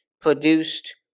produced